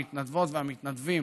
המתנדבות והמתנדבים